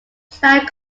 planned